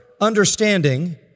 understanding